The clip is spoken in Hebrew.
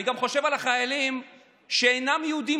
אני גם חושב על החיילים שאינם יהודים.